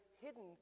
hidden